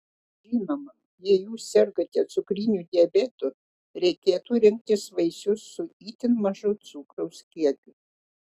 žinoma jei jūs sergate cukriniu diabetu reikėtų rinktis vaisius su itin mažu cukraus kiekiu